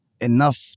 enough